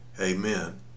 Amen